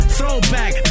Throwback